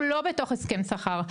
אנחנו לא בתוך הסכם שכר.